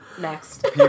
next